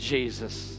Jesus